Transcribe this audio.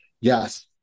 yes